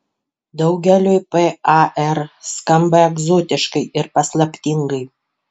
daugeliui par skamba egzotiškai ir paslaptingai